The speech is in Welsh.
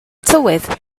tywydd